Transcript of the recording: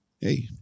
Hey